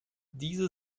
diese